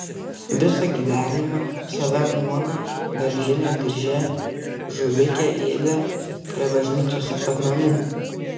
visą gyvenimą save nuogą beržine dirže žuvikę ėdė prie bažnyčios ant akmenų